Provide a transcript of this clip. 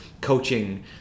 coaching